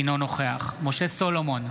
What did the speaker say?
אינו נוכח משה סולומון,